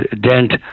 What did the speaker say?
dent